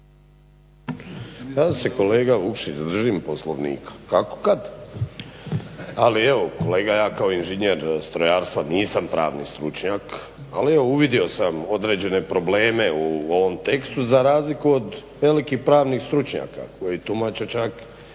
Ja se kolega Vukšić držim Poslovnika kako kad, ali evo kolega ja kao inženjer strojarstva nisam pravni stručnjak. Ali evo uvidio sam određene probleme u ovom tekstu za razliku od velikih pravnih stučnjaka koji tumače čak